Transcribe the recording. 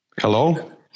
Hello